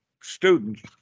students